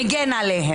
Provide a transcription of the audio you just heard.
אדם.